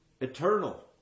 Eternal